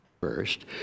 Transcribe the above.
first